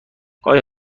آیا